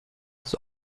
ist